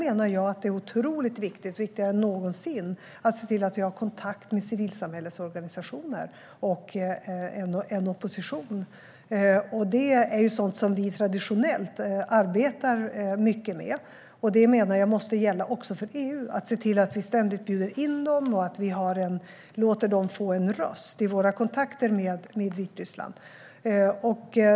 Jag menar att det är otroligt viktigt - viktigare än någonsin - att se till att vi har kontakt med civilsamhällets organisationer och en opposition. Det är sådant som vi traditionellt arbetar mycket med, och jag menar att detta måste gälla också för EU. Det handlar om att se till att vi ständigt bjuder in dem och låter dem få en röst i våra kontakter med Vitryssland.